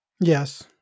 Yes